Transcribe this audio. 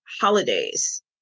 holidays